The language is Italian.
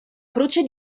croce